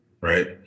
Right